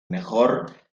mejor